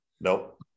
Nope